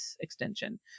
extension